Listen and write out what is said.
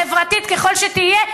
חברתית ככל שתהיה,